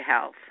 health